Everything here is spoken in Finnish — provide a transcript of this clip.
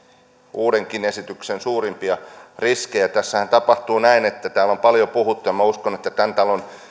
uudenkin esityksen suurimpia riskejä tässähän tapahtuu näin täällä on siitä paljon puhuttu ja minä uskon että tämän talon